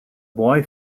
boy